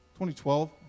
2012